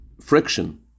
friction